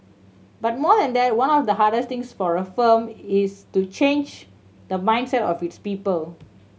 but more than that one of the hardest things for a firm is to change the mindset of its people